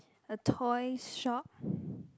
the toy shop